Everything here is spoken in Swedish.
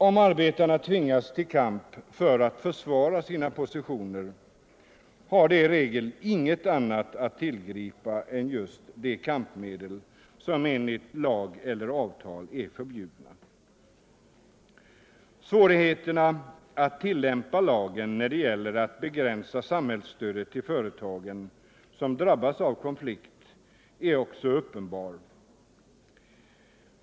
Om arbetarna tvingas till kamp för att försvara sina positioner har de i regel inget annat att tillgripa än just de kampmedel som enligt lag eller avtal är förbjudna. Svårigheten att tillämpa lagen när det gäller att begränsa samhällsstödet till företagen som drabbats av konflikt är också uppenbar.